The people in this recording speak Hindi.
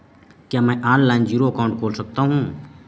क्या मैं ऑनलाइन जीरो अकाउंट खोल सकता हूँ?